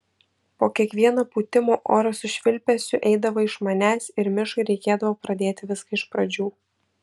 po kiekvieno pūtimo oras su švilpesiu eidavo iš manęs ir mišai reikėdavo pradėti viską iš pradžių